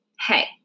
Hey